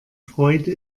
freude